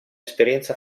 esperienza